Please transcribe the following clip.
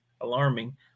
alarming